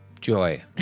joy